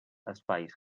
espais